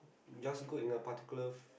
just go in a particular